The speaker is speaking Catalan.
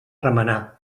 remenar